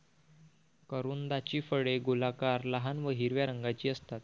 करोंदाची फळे गोलाकार, लहान व हिरव्या रंगाची असतात